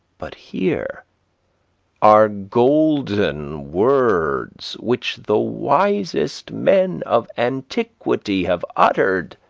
but here are golden words, which the wisest men of antiquity have uttered,